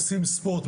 עוסק בספורט,